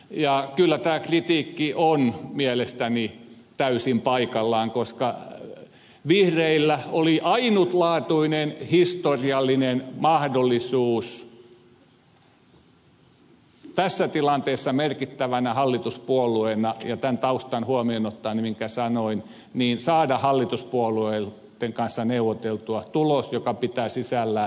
ja kyllä tämä kritiikki on mielestäni täysin paikallaan koska vihreillä oli ainutlaatuinen historiallinen mahdollisuus tässä tilanteessa merkittävänä hallituspuolueena ja ottaen huomioon tämän taustan minkä sanoin saada hallituspuolueiden kanssa neuvoteltua tulos joka pitää sisällä